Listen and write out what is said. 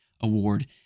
award